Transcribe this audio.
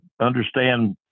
understand